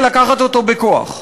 ולקחת אותו בכוח.